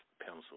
pencil